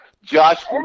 Josh